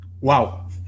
wow